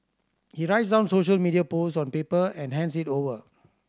he writes down social media posts on paper and hands it over